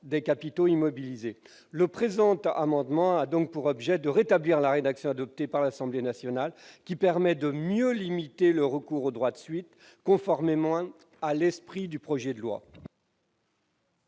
des capitaux immobilisés ». Le présent amendement a pour objet de rétablir la rédaction adoptée par l'Assemblée nationale, qui permet de mieux limiter le recours au droit de suite, conformément à l'esprit du projet de loi.